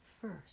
first